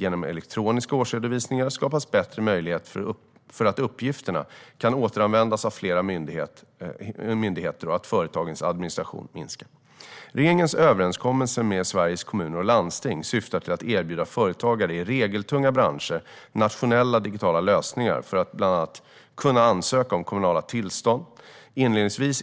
Genom elektroniska årsredovisningar skapas bättre möjligheter för att uppgifterna kan återanvändas av flera myndigheter och företagens administration minska. Regeringens överenskommelse med Sveriges Kommuner och Landsting syftar till att erbjuda företagare i regeltunga branscher nationella digitala lösningar för att bland annat kunna ansöka om kommunala tillstånd. Inledningsvis